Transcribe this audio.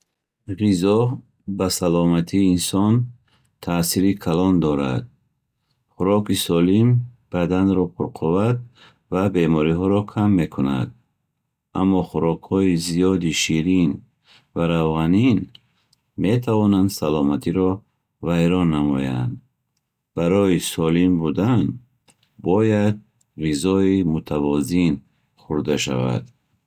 Ғизо ба саломатии инсон таъсири калон дорад. Хӯроки солим баданро пурқувват ва беморӣҳоро кам мекунад. Аммо хӯрокҳои зиёди ширин ва равғанин метавонанд саломатиро вайрон намоянд. Барои солим будан, бояд ғизои мутавозин хӯрда шавад